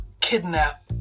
kidnap